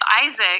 Isaac